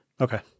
Okay